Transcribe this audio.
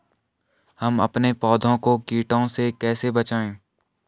हम अपने पौधों को कीटों से कैसे बचाएं?